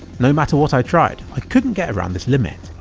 no matter what i tried, i couldn't get around this limit.